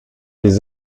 les